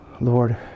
Lord